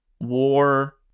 war